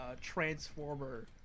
Transformer